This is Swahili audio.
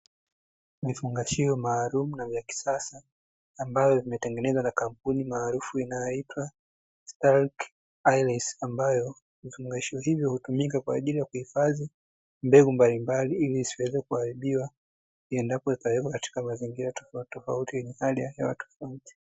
Vifungashio maalumu na vya kisasa ambavyo vimetengenezwa na kampuni maarufu inyaoitwa (STRIKE AYRES), ambayo vifungashio hivyo hutumika kwa ajili ya kuhifadhi mbegu mbalimbali ili zisiweze kuharibiwa endapo itawekwa katika mazingira tofautitofauti yenye hali ya hewa tofauti.